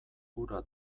gura